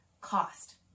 cost